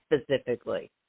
specifically